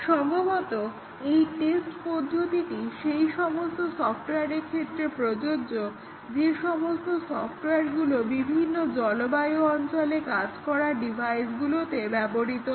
সম্ভবত এই টেস্ট পদ্ধতিটি সেই সমস্ত সফটওয়্যারের ক্ষেত্রে প্রযোজ্য যে সমস্ত সফটওয়্যারগুলো ভিন্ন জলবায়ু অঞ্চলে কাজ করা ডিভাইসগুলোতে ব্যবহৃত হয়